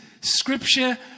scripture